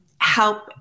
help